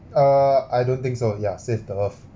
err I don't think so yeah save the earth